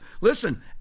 listen